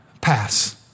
pass